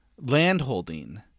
landholding